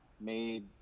made